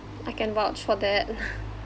I can vouch for that